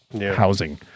housing